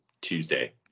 Tuesday